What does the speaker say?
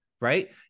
right